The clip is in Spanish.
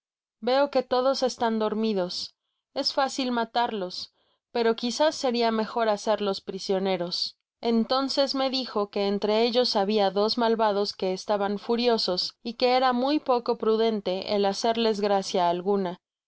veo que todos están dormidos es fácil matarlos pero quizás seria mejor hacerlos prisioneros entonces me dijo que entre ellos habia dos malvados que estaban furiosos y que era muy poco prudente el hacerles gracia alguna